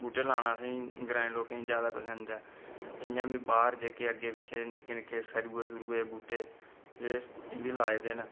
बूह्टे लाना असेंगी ग्रांएं लोकें गी ज्यादा पसंद ऐ इ'यां बी बाह्र जेह्के अग्गै पिच्छे निक्के निक्के सरुऐ दे बूह्टे एह् बी लाए दे न